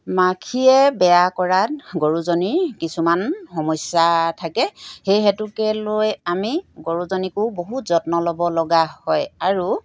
মাখিয়ে বেয়া কৰাত গৰুজনীৰ কিছুমান সমস্যা থাকে সেই হেতুকে লৈ আমি গৰুজনীকো বহুত যত্ন ল'ব লগা হয় আৰু